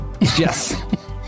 yes